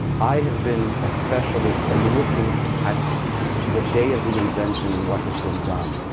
i have been a specialist in looking at the day of the invention and what has been done.